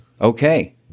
Okay